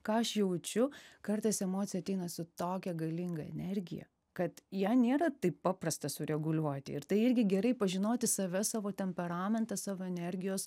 ką aš jaučiu kartais emocija ateina su tokia galinga energija kad ją nėra taip paprasta sureguliuoti ir tai irgi gerai pažinoti save savo temperamentą savo energijos